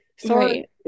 Sorry